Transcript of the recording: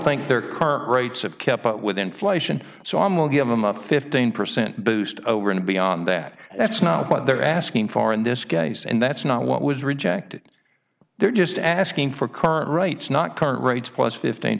think their current rates have kept up with inflation so i will give them a fifteen percent boost over and beyond that that's not what they're asking for in this case and that's not what was rejected they're just asking for current rights not current rates plus fifteen